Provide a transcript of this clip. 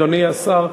אדוני השר,